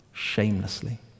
shamelessly